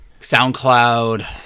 SoundCloud